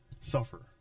suffer